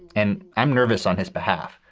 and i'm nervous on his behalf.